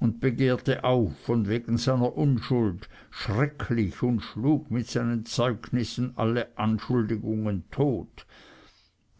und begehrte auf von wegen seiner unschuld schrecklich und schlug mit seinen zeugnissen alle anschuldigungen tot